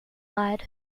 lied